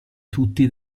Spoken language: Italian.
tutti